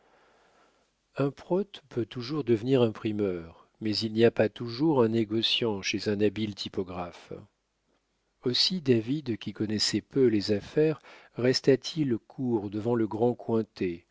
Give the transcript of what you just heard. un prote peut toujours devenir imprimeur mais il n'y a pas toujours un négociant chez un habile typographe aussi david qui connaissait peu les affaires resta-t-il court devant le grand cointet